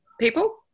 people